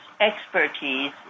expertise